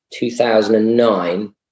2009